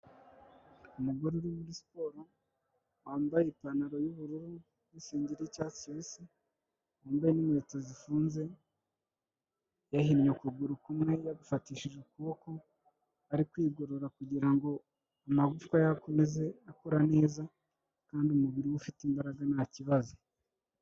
Umugore uri muri siporo wambaye ipantaro y'ubururu n'isengeri y'icyatsi kibisi, wambaye n'inkweto zifunze, yahinnye ukuguru kumwe yagufatishije ukuboko, ari kwigorora kugira ngo amagufwa ye akomeze akura neza kandi umubiri we ufite imbaraga nta kibazo.